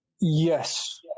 Yes